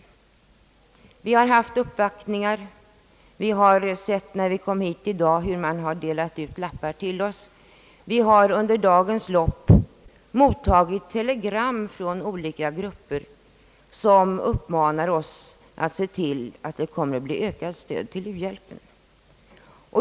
Det har varit uppvaktningar. När vi kom hit i dag delades det ut lappar till oss, och vi har under dagens lopp mottagit telegram från olika grupper som uppmanar oss att se till att det blir ökat stöd åt u-hjälpen.